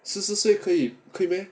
十四岁可以可以 meh